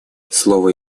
слово